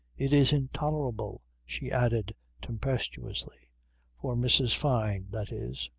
it is intolerable, she added tempestuously for mrs. fyne that is.